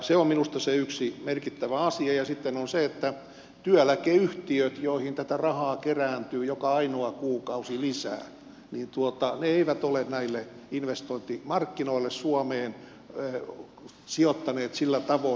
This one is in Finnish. se on minusta se yksi merkittävä asia ja sitten on se että työeläkeyhtiöt joihin tätä rahaa kerääntyy joka ainoa kuukausi lisää eivät ole näille investointimarkkinoille suomeen sijoittaneet sillä tavoin